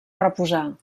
reposar